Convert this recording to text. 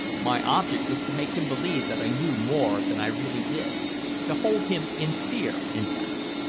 my object was to make him believe that i knew more than i really did to hold him in fear, in fact.